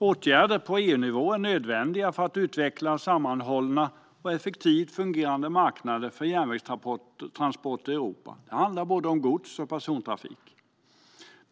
Åtgärder på EU-nivå är nödvändiga för att utveckla sammanhållna och effektivt fungerande marknader för järnvägstransporter i Europa. Det handlar om både gods och persontrafik.